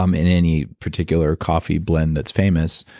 um in any particular coffee blend that's famous,